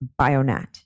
Bionat